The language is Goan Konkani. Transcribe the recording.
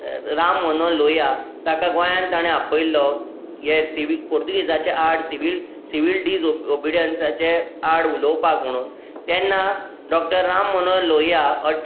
राम मनोहर लोहिया ताका गोंयान ताणें आपयल्लो हे सिवि पुर्तुगेजाच्या आड सिवील सिवील डीज ओब ओबिडियंसाचे आड उलोवपाक म्हुणू तेन्ना डॉक्टर राम मनोहर लोहिया अट